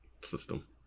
system